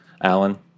Alan